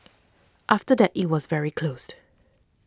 after that it was very closed